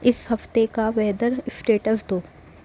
اِس ہفتے کا ویدر اسٹیٹس دو